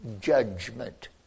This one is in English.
judgment